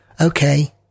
okay